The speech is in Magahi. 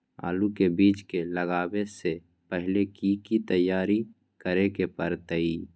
आलू के बीज के लगाबे से पहिले की की तैयारी करे के परतई?